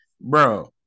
bro